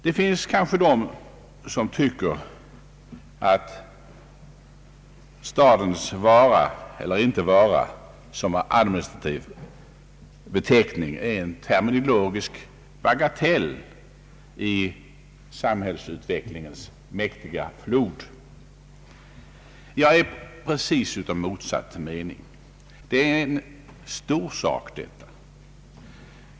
Det finns kanske de som tycker att stadens vara eller inte vara som administrativ beteckning är en terminologisk bagatell i samhällsutvecklingens mäktiga flod. Jag är av precis motsatt mening. Detta är en stor sak.